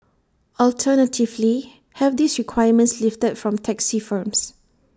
alternatively have these requirements lifted from taxi firms